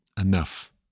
enough